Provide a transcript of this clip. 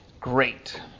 great